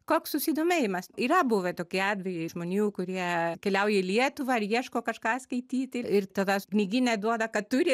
koks susidomėjimas yra buvę tokie atvejai žmonių kurie keliauja į lietuvą ir ieško kažką skaityti ir tavęs knygyne duoda kad turi